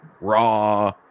Raw